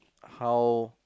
how